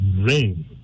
rain